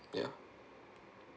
ya